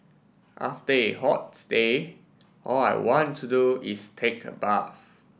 after a day all I want to do is take a bath